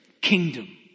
kingdom